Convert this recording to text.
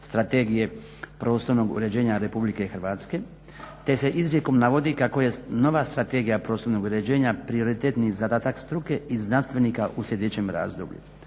strategije prostornog uređenja Republike Hrvatske. Te se izrijekom navodi kako je nova Strategija prostornog uređenja prioritetni zadatak struke i znanstvenika u sljedećem razdoblju.